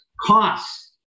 costs